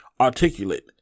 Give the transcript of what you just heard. articulate